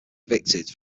evicted